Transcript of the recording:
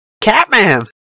Catman